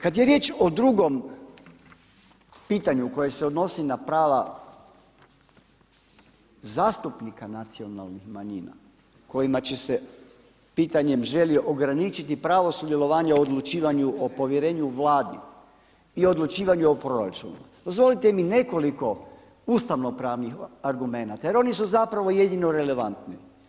Kad je riječ o drugom pitanju koje se odnosi na prava zastupnika nacionalnih manjina kojima će se pitanje želi ograničiti pravo sudjelovanja u odlučivanju o povjerenju Vladi i odlučivanju o proračunu, dozvolite mi nekoliko ustavno-pravnih argumenata jer oni su zapravo jedino relevantni.